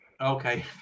Okay